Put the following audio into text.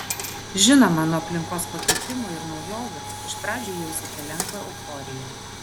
žinoma nuo aplinkos pakeitimo ir naujovių iš pradžių jausite lengvą euforiją